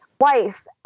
wife